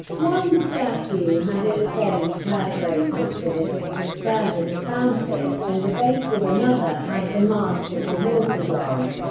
one statue had its base perforated so that it could serve as a fountain, and the base of another has the mask of the water god.